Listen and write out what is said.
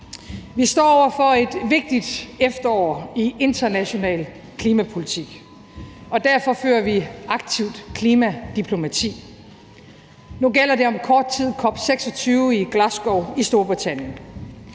Vi står over for et vigtigt efterår i international klimapolitik, og derfor fører vi aktivt klimadiplomati. Nu gælder det om kort tid COP26 i Glasgow i Storbritannien.